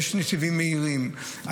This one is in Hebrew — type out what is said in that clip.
יש נתיבים מהירים.